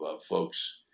folks